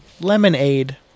Lemonade